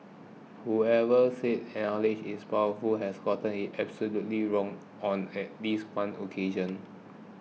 whoever said is powerful has gotten it absolutely wrong on at least one occasion